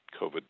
COVID